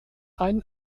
ein